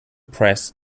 press